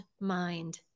mind